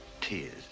tears